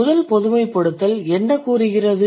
முதல் பொதுமைப்படுத்தல் GEN 1 என்ன கூறுகிறது